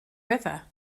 river